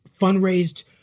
fundraised